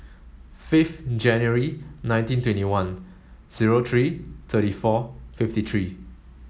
fifth January nineteen twenty one zero three thirty four fifty three